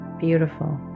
beautiful